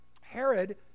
Herod